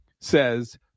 Says